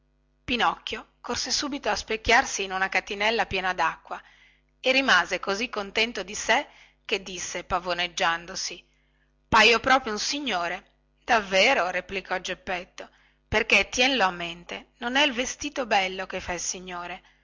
pinocchio corse subito a specchiarsi in una catinella piena dacqua e rimase così contento di sé che disse pavoneggiandosi paio proprio un signore davvero replicò geppetto perché tienlo a mente non è il vestito bello che fa il signore